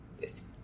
Yes